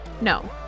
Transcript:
No